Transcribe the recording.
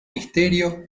misterio